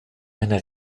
eine